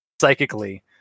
psychically